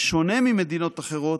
בשונה ממדינות אחרות,